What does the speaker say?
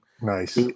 Nice